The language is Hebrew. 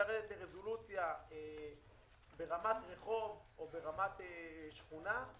לרדת לרזולוציה ברמת רחוב או ברמת שכונה,